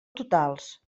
totals